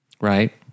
Right